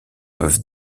peuvent